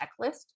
checklist